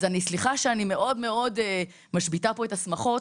אז סליחה שאני מאוד משביתה פה את השמחות.